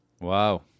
Wow